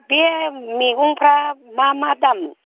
बे मैगंफ्रा मा मा दाम